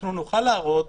אנחנו נוכל להראות